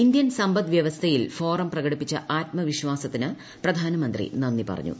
Indian സമ്പദ്വ്യവസ്ഥയിൽ forum പ്രകടിപ്പിച്ച ആത്മവിശ്വാസത്തിന് പ്രധാനമന്ത്രി നന്ദി പറഞ്ഞു